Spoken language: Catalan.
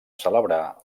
celebrar